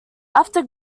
after